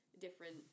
different